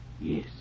Yes